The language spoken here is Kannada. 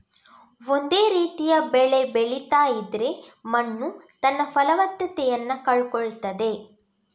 ಒಂದೇ ರೀತಿಯ ಬೆಳೆ ಬೆಳೀತಾ ಇದ್ರೆ ಮಣ್ಣು ತನ್ನ ಫಲವತ್ತತೆಯನ್ನ ಕಳ್ಕೊಳ್ತದೆ